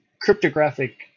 cryptographic